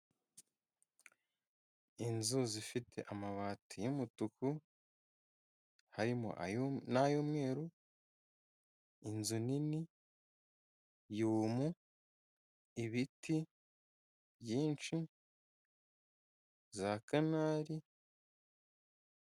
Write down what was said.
Inzu zifite amabati y'umutuku harimo a'y'umweru inzu nini yumu, ibiti byinshi, za kanari.